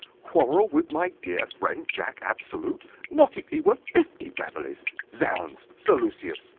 quarrel with my dear friend jack absolute not if he were fifty beverleys! zounds! sir lucius,